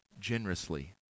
generously